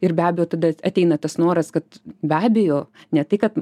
ir be abejo tada ateina tas noras kad be abejo ne tai kad